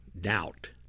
doubt